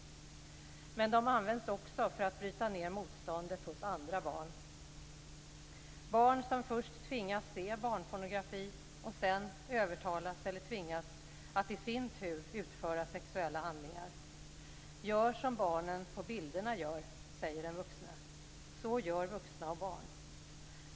Men de används också för att bryta ned motståndet hos andra barn. Det handlar om barn som först tvingas se barnpornografi och sedan övertalas eller tvingas att i sin tur utföra sexuella handlingar. Gör som barnen på bilderna gör, säger de vuxna. Så gör vuxna och barn.